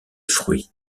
fruits